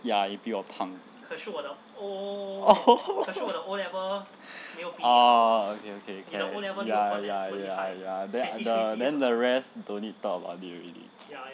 ya 你比我胖 oh okay okay ya ya ya then then the rest don't need to talk about it already